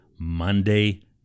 Monday